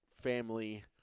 family